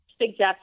suggest